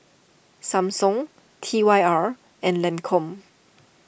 Samsung T Y R and Lancome